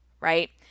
right